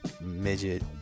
midget